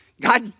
God